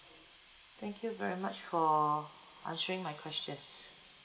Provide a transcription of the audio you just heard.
thank you very much for answering my questions